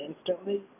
instantly